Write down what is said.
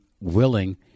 willing